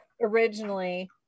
originally